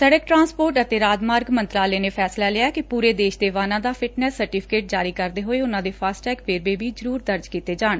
ਸੜਕ ਟਰਾਂਸਪੋਰਟ ਅਤੇ ਰਾਜਮਾਰਗ ਮੰਤਰਾਲੇ ਨੇ ਫੈਸਲਾ ਲਿਆ ਏ ਕਿ ਪੁਰੇ ਦੇਸ਼ ਦੇ ਵਾਹਨਾਂ ਦਾ ਫਿਟਨੈਸ ਸਰਟੀਫਿਕੇਟ ਜਾਰੀ ਕਰਦੇ ਹੋਏ ਉਨ੍ਹਾਂ ਦੇ ਫਾਸਟਟੈਗ ਵੇਰਵੇ ਵੀ ਜਰੁਰ ਦਰਜ ਕੀਤੇ ਜਾਣ